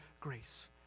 grace